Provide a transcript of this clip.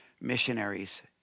missionaries